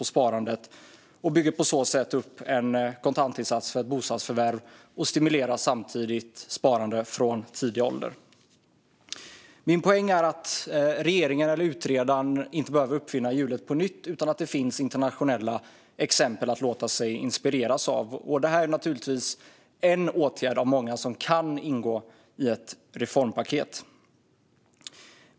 På så sätt bygger man upp en kontantinsats för ett bostadsförvärv och stimulerar samtidigt sparande från tidig ålder. Min poäng är att regeringen eller utredaren inte behöver uppfinna hjulet på nytt, eftersom det finns internationella exempel att inspireras av. Det här är en åtgärd av många som skulle kunna ingå i ett reformpaket.